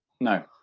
No